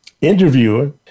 interviewer